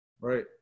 Right